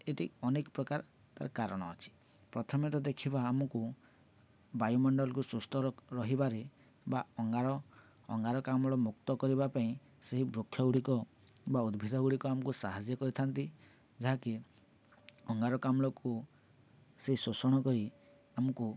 ଏଠି ଅନେକ ପ୍ରକାର ତା'ର କାରଣ ଅଛି ପ୍ରଥମେ ତ ଦେଖିବା ଆମକୁ ବାୟୁମଣ୍ଡଳଲକୁ ସୁସ୍ଥ ରହିବାରେ ବା ଅଙ୍ଗାର ଅଙ୍ଗାରକାମ୍ଳ ମୁକ୍ତ କରିବା ପାଇଁ ସେହି ବୃକ୍ଷ ଗୁଡ଼ିକ ବା ଉଦ୍ଭିଦ ଗୁଡ଼ିକ ଆମକୁ ସାହାଯ୍ୟ କରିଥାନ୍ତି ଯାହାକି ଅଙ୍ଗାରକାମ୍ଲକୁ ସେ ଶୋଷଣ କରି ଆମକୁ